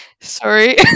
Sorry